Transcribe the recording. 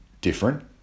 different